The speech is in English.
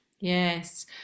yes